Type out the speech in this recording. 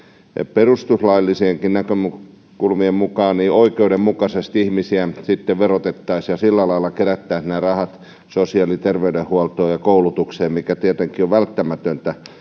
perustuslaillistenkin näkökulmien mukaan oikeudenmukaisesti ihmisiä sitten verotettaisiin ja sillä lailla kerättäisiin nämä rahat sosiaali ja terveydenhuoltoon ja koulutukseen mikä tietenkin on välttämätöntä